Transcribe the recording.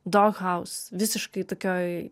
dohaus visiškai tokioj